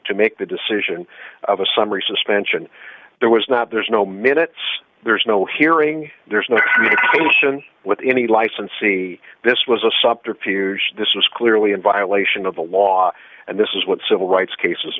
to make the decision of a summary suspension there was not there's no minutes there's no hearing there's no question with any licensee this was a subterfuge this was clearly in violation of the law and this is what civil rights cases